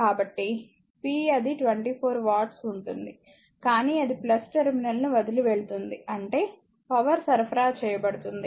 కాబట్టి p అది 24 వాట్ల ఉంటుంది కానీ అది టెర్మినల్ను వదిలివెళ్తుంది అంటే పవర్ సరఫరా చేయబడుతుంది